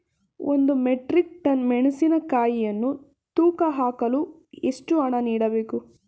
ಒಂದು metric ton ಮೆಣಸಿನಕಾಯಿಯನ್ನು ತೂಕ ಹಾಕಲು ಎಷ್ಟು ಹಣ ನೀಡಬೇಕು?